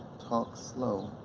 talk slow,